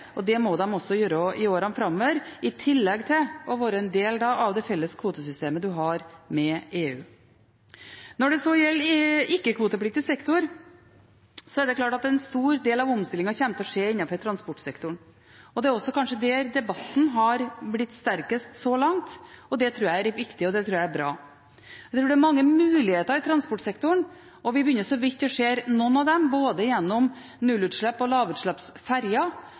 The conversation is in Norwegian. og det må de gjøre også i årene framover, i tillegg til å være en del av det felles kvotesystemet man har med EU. Når det så gjelder ikke-kvotepliktig sektor, kommer en stor del av omstillingen til å skje innenfor transportsektoren. Det er kanskje der debatten også har blitt sterkest så langt. Det tror jeg er viktig, og det tror jeg er bra. Det vil være mange muligheter i transportsektoren, og vi begynner så vidt å se noen av dem, både gjennom nullutslipps- og